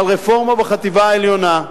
על רפורמה בחטיבה העליונה,